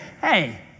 Hey